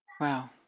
Wow